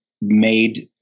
made